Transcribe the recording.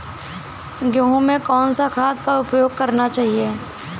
गेहूँ में कौन सा खाद का उपयोग करना चाहिए?